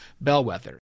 Bellwether